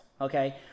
okay